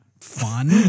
fun